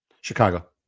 Chicago